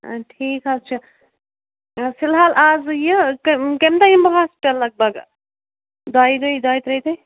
آ ٹھیٖک حظ چھُ فِلحال اَز یہِ کَمہِ دۄہ یِمہٕ بہٕ ہاسپِٹَل لگ بگ دۄیہِ دُہۍ دۄیہِ ترٛیہِ دُہۍ